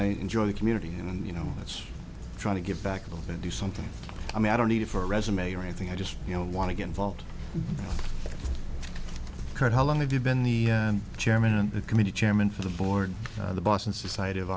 i enjoy the community and you know let's try to get back up and do something i mean i don't need it for a resume or anything i just you know want to get involved cut how long have you been the chairman and the committee chairman for the board the boston society of